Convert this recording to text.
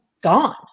gone